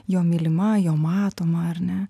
jo mylima jo matoma ar ne